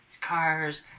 cars